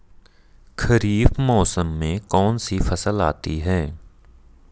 खरीफ मौसम में कौनसी फसल आती हैं?